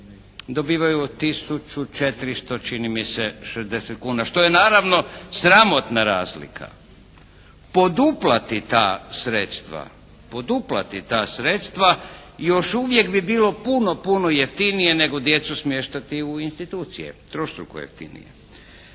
tisuću 400 čini mi se 60 kuna, što je naravno sramotna razlika. Poduplati ta sredstva, poduplati ta sredstva još uvijek bi bilo puno, puno jeftinije nego djecu smještati u institucije. Trostruko jeftinije.